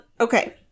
Okay